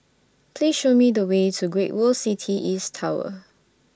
Please Show Me The Way to Great World City East Tower